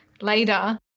later